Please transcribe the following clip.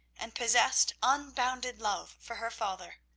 and possessed unbounded love for her father.